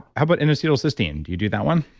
how about inositol cystine? do you do that one?